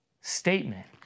statement